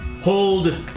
hold